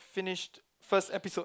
finished first episode